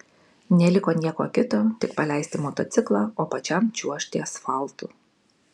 neliko nieko kito tik paleisti motociklą o pačiam čiuožti asfaltu